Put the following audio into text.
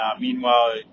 Meanwhile